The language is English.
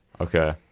Okay